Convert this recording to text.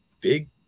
big